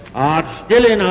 are still you know